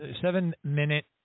seven-minute